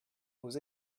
aux